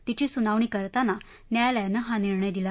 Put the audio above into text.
तिची सुनावणी करताना न्यायालयानं हा निर्णय दिला